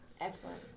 Excellent